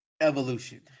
Evolution